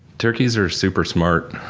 turkeys are super smart.